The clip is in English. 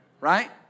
Right